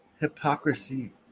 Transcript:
hypocrisy